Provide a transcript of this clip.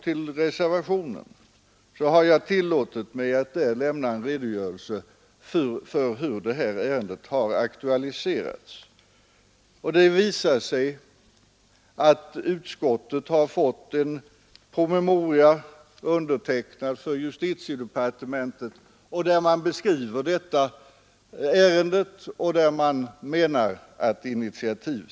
I reservationen har vi tillåtit oss att lämna en redogörelse för hur detta ärende har aktualiserats. Utskottet har nämligen fått en promemoria från justitiedepartementet där man beskriver ärendet och menar att utskottet skall ta initiativ.